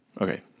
okay